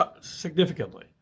significantly